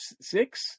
six